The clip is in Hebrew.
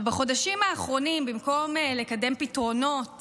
בחודשים האחרונים במקום לקדם פתרונות